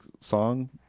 song